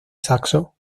saxo